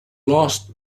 last